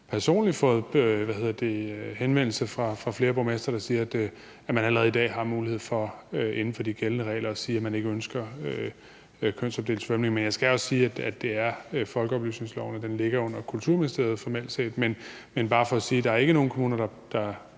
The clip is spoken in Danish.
personligt fået henvendelser fra flere borgmestre, der siger, at man allerede i dag har mulighed for inden for de gældende regler at sige, at man ikke ønsker kønsopdelt svømning. Men jeg skal også sige, at det er folkeoplysningsloven, og den ligger under Kulturministeriet formelt set. Det er bare for at sige, der ikke er nogen kommuner, der